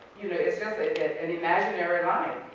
you an imaginary line,